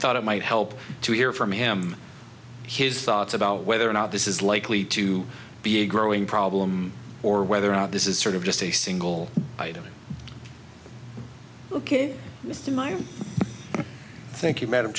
thought it might help to hear from him his thoughts about whether or not this is likely to be a growing problem or whether or not this is sort of just a single item ok in my view thank you madam